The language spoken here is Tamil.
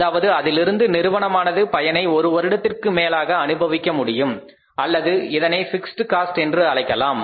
அதாவது அதிலிருந்து நிறுவனமானது பயனை ஒரு வருடத்திற்கு மேலாக அனுபவிக்க முடியும் அல்லது இதனை பிக்ஸட் காஸ்ட் என்று அழைக்கலாம்